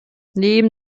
neben